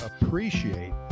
appreciate